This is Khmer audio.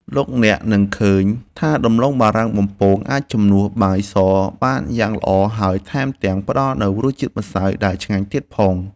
លោកអ្នកនឹងឃើញថាដំឡូងបារាំងបំពងអាចជំនួសបាយសបានយ៉ាងល្អហើយថែមទាំងផ្តល់នូវជាតិម្សៅដែលឆ្ងាញ់ទៀតផង។